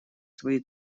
свои